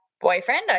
boyfriend